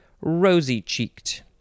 rosy-cheeked